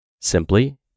Simply